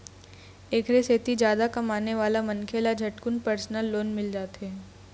एखरे सेती जादा कमाने वाला मनखे ल झटकुन परसनल लोन मिल जाथे